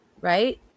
right